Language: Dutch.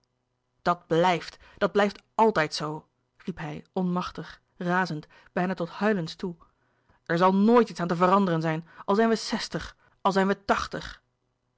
dat blijft dat blijft altijd zoo riep hij onmachtig razend bijna tot huilens toe er zal nooit iets aan te veranderen zijn al zijn we zestig al zijn we tachtig